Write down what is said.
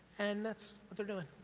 and that's what they're doing.